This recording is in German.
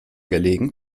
gelegen